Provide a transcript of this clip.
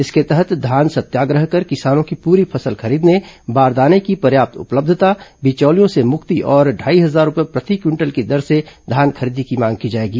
इसके तहत धान सत्याग्रह कर किसानों की पूरी फसल खरीदने बारदाने की पर्याप्त उपलब्धता बिचौलियों से मुक्ति और ढाई हजार रूपये प्रति क्विंटल की दर से धान खरीदी की मांग की जाएगी